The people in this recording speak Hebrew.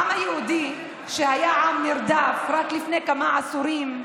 העם היהודי, שהיה עם נרדף רק לפני כמה עשורים,